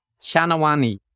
Shanawani